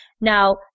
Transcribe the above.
Now